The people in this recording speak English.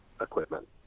equipment